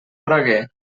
braguer